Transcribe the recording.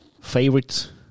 favorite